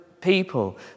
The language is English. people